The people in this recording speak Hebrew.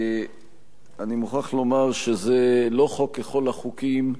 אני מוכרח לומר שזה לא חוק ככל החוקים.